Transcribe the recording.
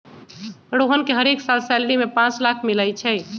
रोहन के हरेक साल सैलरी में पाच लाख मिलई छई